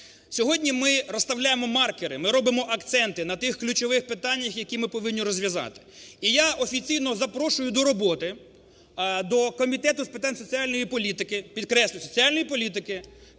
Сьогодні ми розставляємо маркери, ми робимо акценти на тих ключових питаннях, які ми повинні розв'язати. І я офіційно запрошую до робити до Комітету з питань соціальної політики, підкреслюю, соціальної політики,